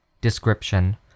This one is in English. Description